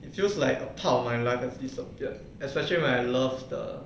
it feels like a part of my life has disappeared especially when I love the